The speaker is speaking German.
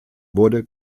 wurde